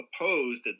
opposed